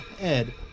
Ed